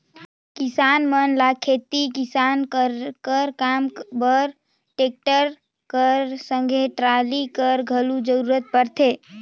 किसान मन ल खेती किसानी कर काम बर टेक्टर कर संघे टराली कर घलो जरूरत परथे